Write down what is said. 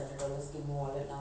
L_V wallet